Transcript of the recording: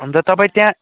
अन्त तपाईँ त्यहाँ